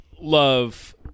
love